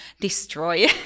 destroy